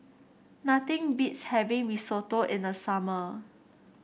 nothing beats having Risotto in the summer